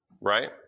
right